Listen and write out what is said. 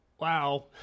wow